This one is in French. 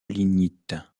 lignite